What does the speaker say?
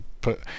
put